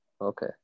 Okay